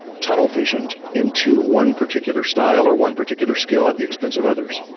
tunnel visioned into one particular style or one particular skill at the expense of others.